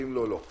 ואם לא לא,